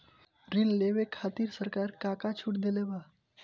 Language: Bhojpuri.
ऋण लेवे कहवा खातिर सरकार का का छूट देले बा?